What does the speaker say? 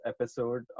episode